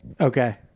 Okay